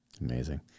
amazing